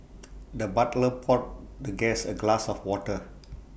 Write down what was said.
the butler poured the guest A glass of water